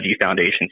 Foundation